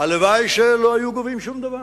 שהלוואי שלא היו גובים שום דבר.